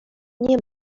nie